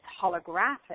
holographic